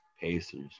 Pacers